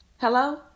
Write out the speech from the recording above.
Hello